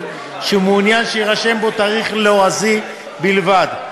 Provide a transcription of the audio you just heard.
שהוא מעוניין שיירשם בו תאריך לועזי בלבד.